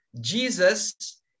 Jesus